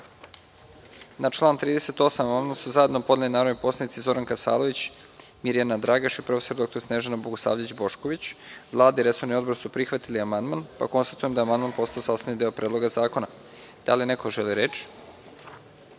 amandman su zajedno podneli narodni poslanici Zoran Kasalović, Mirjana Dragaš i prof. dr Snežana Bogosavljević Bošković. Vlada i resorni odbor su prihvatili amandman. Konstatujem da je amandman postao sastavni deo Predloga zakona. Da li neko želi reč?